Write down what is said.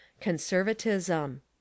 conservatism